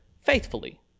Faithfully